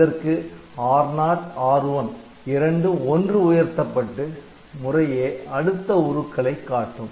இதற்கு R0 R1 இரண்டும் '1' உயர்த்தப்பட்டு முறையே அடுத்த உருக்களை காட்டும்